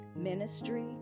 Ministry